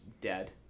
dead